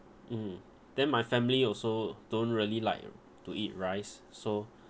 mm then my family also don't really like to eat rice so